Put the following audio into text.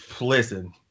listen